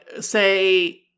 say